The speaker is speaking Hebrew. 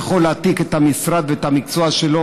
יכולים להעתיק את המשרד ואת המקצוע שלו